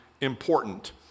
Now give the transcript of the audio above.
important